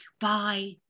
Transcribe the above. bye